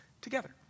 together